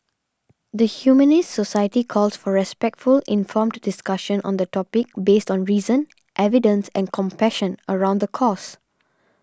the Humanist Society calls for respectful informed discussion on the topic based on reason evidence and compassion around the cause